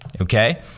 okay